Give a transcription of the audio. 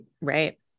Right